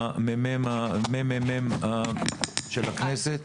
מהממ״מ של הכנסת,